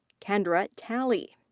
kendra talley.